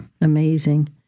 amazing